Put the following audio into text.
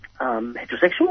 heterosexual